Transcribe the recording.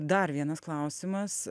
dar vienas klausimas